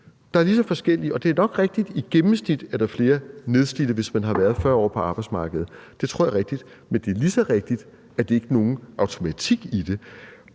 der er lige så forskellige. Det er nok rigtigt, at i gennemsnit er der flere nedslidte blandt dem, der har været 40 år på arbejdsmarkedet. Det tror jeg er rigtigt. Men det er lige så rigtigt, at der ikke er nogen automatik i det.